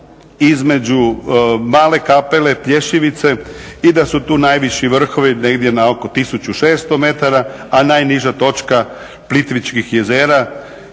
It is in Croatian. između Male Kapele, Plješivice i da su tu najviši vrhovi negdje na oko 1600m, a najniža točka Plitvičkih jezera